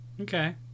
Okay